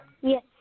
Yes